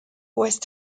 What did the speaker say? west